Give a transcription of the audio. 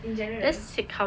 in general